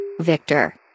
Victor